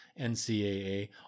ncaa